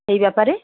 এই ব্যাপারে